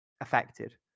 affected